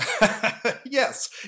Yes